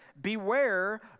Beware